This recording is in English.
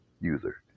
user